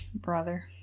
Brother